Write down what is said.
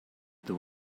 there